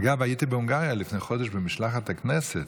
אגב, הייתי בהונגריה לפני חודש במשלחת הכנסת,